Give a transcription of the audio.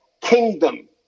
kingdom